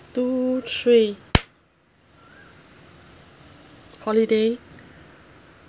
two three holiday